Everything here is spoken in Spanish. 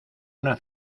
una